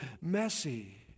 messy